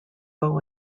bow